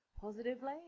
positively